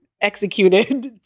executed